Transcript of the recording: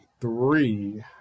three